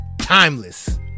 Timeless